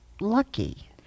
lucky